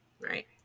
right